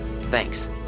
Thanks